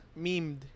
Memed